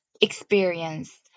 experience